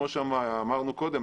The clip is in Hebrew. כמו שאמרנו קודם,